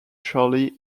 shirley